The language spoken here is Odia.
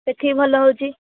ସେଠି ଭଲ ହେଉଛି